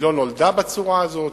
היא לא נולדה בצורה הזאת,